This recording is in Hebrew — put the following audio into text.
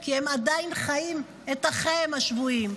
כי הם עדיין חיים את אחיהם השבויים.